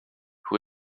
who